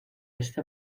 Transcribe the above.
este